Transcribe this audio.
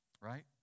Right